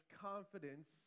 confidence